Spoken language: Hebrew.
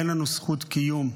אין לנו זכות קיום.